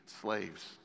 slaves